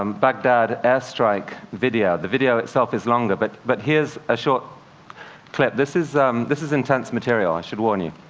um baghdad airstrike video. the video itself is longer, but but here's a short clip. this is um this is intense material, i should warn you.